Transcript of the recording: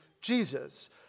Jesus